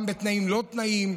גם בתנאים לא תנאים,